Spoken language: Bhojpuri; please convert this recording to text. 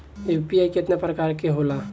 यू.पी.आई केतना प्रकार के होला?